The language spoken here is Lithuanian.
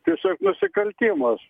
tiesiog nusikaltimas